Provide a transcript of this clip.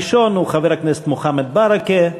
הראשון הוא חבר הכנסת מוחמד ברכה.